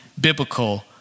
biblical